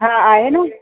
हा आहे न